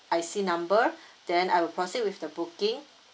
I_C number then I will proceed with the booking